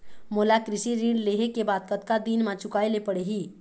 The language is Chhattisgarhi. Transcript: मोला कृषि ऋण लेहे के बाद कतका दिन मा चुकाए ले पड़ही?